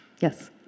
Yes